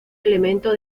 elementos